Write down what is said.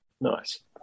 Nice